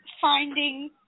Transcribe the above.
finding